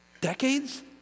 decades